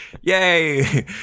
Yay